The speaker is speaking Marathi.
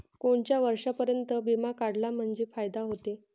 कोनच्या वर्षापर्यंत बिमा काढला म्हंजे फायदा व्हते?